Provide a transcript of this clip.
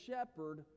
shepherd